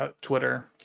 Twitter